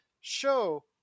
show